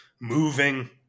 moving